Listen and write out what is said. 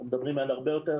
אנחנו מדברים על הרבה יותר